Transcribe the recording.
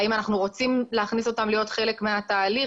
האם אנחנו רוצים להכניס אותם להיות חלק מהתהליך,